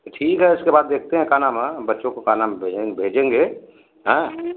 ठीक है उसके बाद देखते हैं का नाम है बच्चों को का नाम है भेजेंगे भेजेंगे हैं